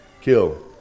kill